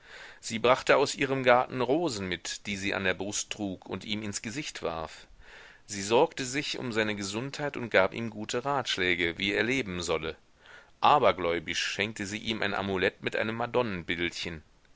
sie brachte aus ihrem garten rosen mit die sie an der brust trug und ihm ins gesicht warf sie sorgte sich um seine gesundheit und gab ihm gute ratschläge wie er leben solle abergläubisch schenkte sie ihm ein amulett mit einem